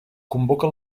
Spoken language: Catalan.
convoca